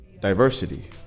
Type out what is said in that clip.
Diversity